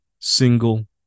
single